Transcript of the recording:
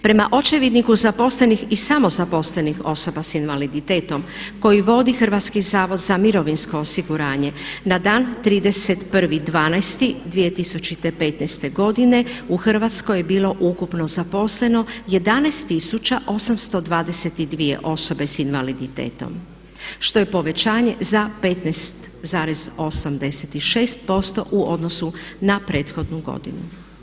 Prema očevidniku zaposlenih i samozaposlenih osoba s invaliditetom koji vodi Hrvatski zavod za mirovinsko osiguranje na dan 31.12.2015. godine u Hrvatskoj je bilo ukupno zaposleno 11 822 osobe s invaliditetom, što je povećanje za 15,86% u odnosu na prethodnu godinu.